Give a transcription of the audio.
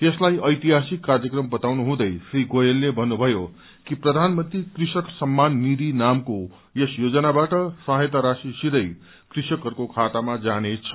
यसलाई ऐतिहासिक कार्यक्रम बताउनुहुँदै श्री गोयलले भन्नुभयो कि प्रधानमन्त्री कृषक सम्मान निधि नामको यस योजनाबाट सहायता राशि सीथै कृषकहरूको खातामा जानेछ